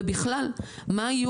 בכלל, מה יהיו